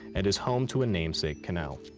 and is home to a namesake canal?